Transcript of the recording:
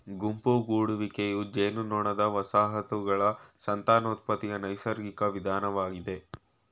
ಗುಂಪು ಗೂಡುವಿಕೆಯು ಜೇನುನೊಣದ ವಸಾಹತುಗಳ ಸಂತಾನೋತ್ಪತ್ತಿಯ ನೈಸರ್ಗಿಕ ವಿಧಾನವಾಗಯ್ತೆ